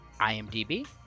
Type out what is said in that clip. IMDB